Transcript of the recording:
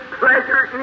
pleasure